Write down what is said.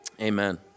Amen